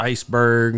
Iceberg